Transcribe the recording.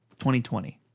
2020